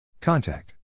Contact